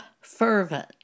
fervent